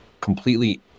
completely